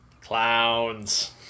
Clowns